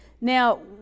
now